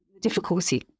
difficulty